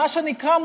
מה שנקרא,